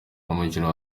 umukino